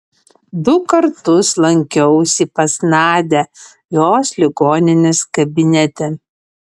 du kartus lankiausi pas nadią jos ligoninės kabinete